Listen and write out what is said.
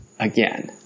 Again